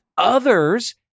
Others